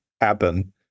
happen